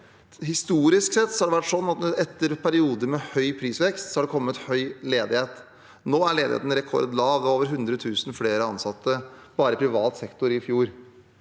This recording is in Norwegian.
Historisk sett har det vært sånn at etter perioder med høy prisvekst har det kommet høy ledighet. Nå er ledigheten rekordlav. Det var over 100 000 flere ansatte bare i privat sektor i fjor.